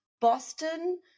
Boston